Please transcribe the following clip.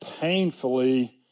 painfully